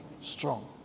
strong